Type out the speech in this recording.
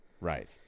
Right